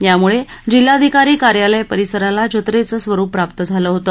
यामुळे जिल्हाधिकारी कार्यालय परिसराला जत्रेचे स्वरूप प्राप्त झाले होते